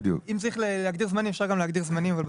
ואם צריך להגדיר זמנים אפשר גם להגדיר זמנים.